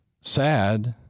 sad